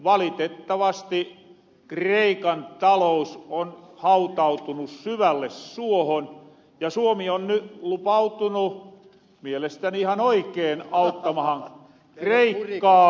valitettavasti kreikan talous on hautautunu syvälle suohon ja suomi on ny lupautunu mielestäni ihan oikeen auttamahan kreikkaa